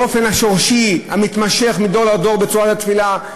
באופן השורשי המתמשך מדור לדור, בצורת התפילה,